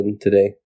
today